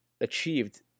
achieved